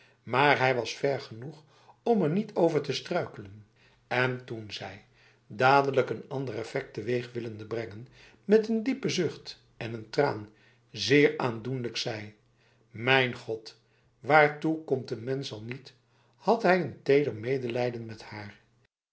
maar hij was ver genoeg om er niet over te struikelen en toen zij dadelijk een ander effect teweeg willende brengen met een diepe zucht en een traan zeer aandoenlijk zei mijn god waartoe komt n mens al niet had hij een teder medelijden met haar